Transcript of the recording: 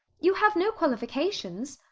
you have no qualifications.